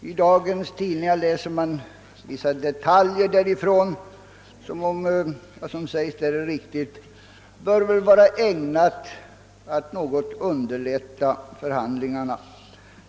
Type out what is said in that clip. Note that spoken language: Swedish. I dagens tidningar kan man läsa vissa detaljer från Paris som, om det som skrives är riktigt, bör vara ägnat att något underlätta förhandlingarna.